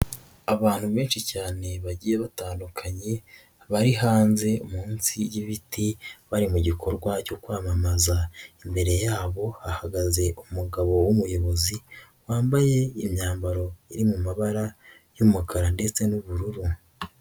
Abantu benshi cyane bagiye batandukanye, bari hanze munsi y'ibiti, bari mu gikorwa cyo kwamamaza. Imbere yabo hagaze umugabo w'umuyobozi wambaye imyambaro iri mu mabara y'umukara ndetse n'ubururu.